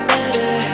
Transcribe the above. Better